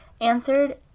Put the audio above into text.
answered